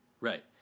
Right